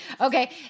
Okay